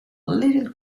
little